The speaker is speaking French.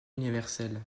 universelle